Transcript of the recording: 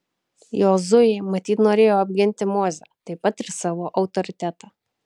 jozuė matyt norėjo apginti mozę taip pat ir savo autoritetą